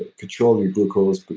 control your glucose,